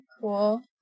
cool